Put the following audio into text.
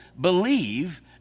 believe